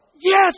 Yes